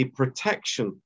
protection